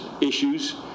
issues